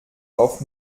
auf